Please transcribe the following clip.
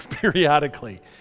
periodically